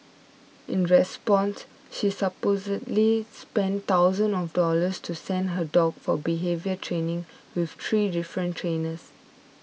in response she supposedly spent thousands of dollars to send her dog for behaviour training with three different trainers